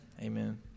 Amen